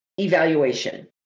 evaluation